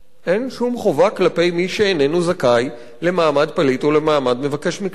אין שום חובה כלפי מי שאיננו זכאי למעמד פליט או למעמד מבקש מקלט.